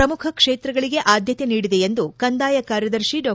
ಪ್ರಮುಖ ಕ್ಷೇತ್ರಗಳಿಗೆ ಅದ್ದತೆ ನೀಡಿದೆ ಎಂದು ಕಂದಾಯ ಕಾರ್ಯದರ್ಶಿ ಡಾ